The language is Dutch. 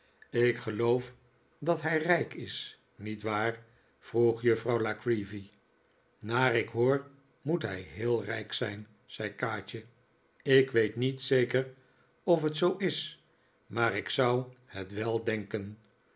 ik geloof dat hij rijk is niet waar vroeg juffrouw la creevy naar ik hoor moet hij heel rijk zijn zei kaatje ik weet niet zeker of het zoo is maar ik zou het wel denken